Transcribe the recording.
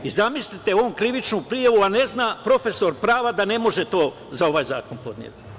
Zamislite, on krivičnu prijavu, a ne zna, profesor prava, da ne može to za ovaj zakon podneti.